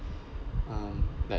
um like